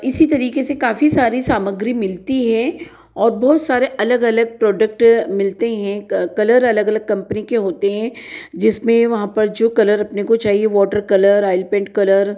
इसी तरीके से काफ़ी सारी सामग्री मिलती है और बहुत सारे अलग अलग प्रोडक्ट मिलते हैं कलर अलग अलग कंपनी के होते हैं जिसमें वहाँ पर जो कलर अपने को चाहिए water colour oil paint colour